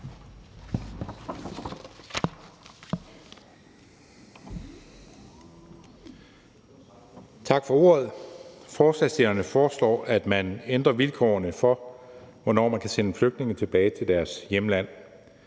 Tak for ordet. Forslagsstillerne foreslår, at man ændrer vilkårene for, hvornår man kan sende flygtninge tilbage til deres hjemland.